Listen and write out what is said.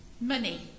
money